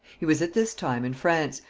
he was at this time in france,